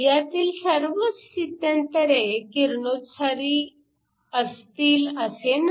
ह्यातील सर्वच स्थित्यंतरे किरणोत्सारी असतील असे नाही